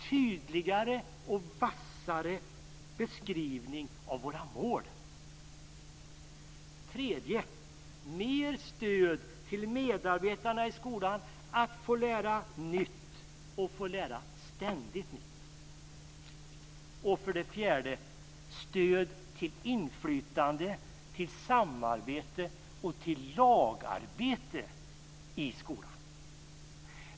Tydligare och vassare beskrivning av våra mål. 3. Mer stöd till medarbetarna i skolan att få lära nytt, och ständigt få lära nytt.